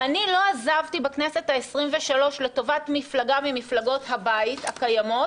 אני לא עזבתי בכנסת העשרים-ושלוש לטובת מפלגה ממפלגות הבית הקיימות,